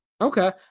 Okay